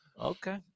Okay